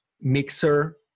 mixer